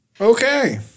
Okay